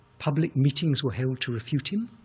public meetings were held to refute him,